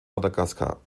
madagaskar